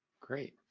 Great